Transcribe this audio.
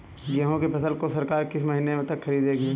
गेहूँ की फसल को सरकार किस महीने तक खरीदेगी?